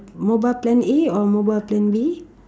mobile plan A or mobile plan B